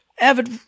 avid